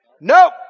nope